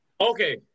Okay